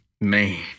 man